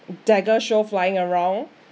dagger show flying around